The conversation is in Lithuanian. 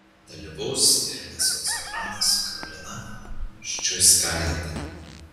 dalyvaus ir mecosopranas karolina ščiuckaitė